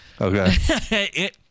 Okay